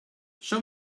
show